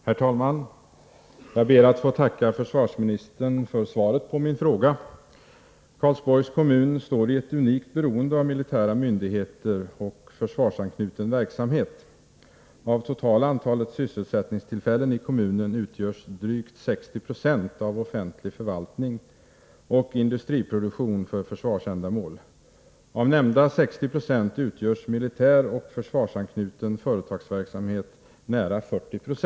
Herr talman! Jag ber att få tacka försvarsministern för svaret på min fråga. Karlsborgs kommun står i ett unikt beroende av militära myndigheter och försvarsanknuten verksamhet. Av totala antalet sysselsättningstillfällen i kommunen utgörs drygt 60 26 av arbetstillfällen inom offentlig förvaltning och industriproduktion för försvarsändamål. Av dessa utgör militäroch försvarsanknuten företagsverksamhet nära 40 96.